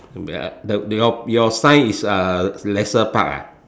your sign is uh leisure park ah